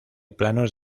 planos